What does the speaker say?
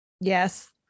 Yes